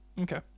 Okay